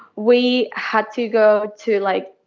we had to go to, like,